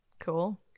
cool